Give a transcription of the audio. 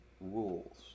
rules